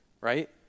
right